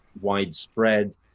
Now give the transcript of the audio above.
widespread